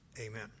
Amen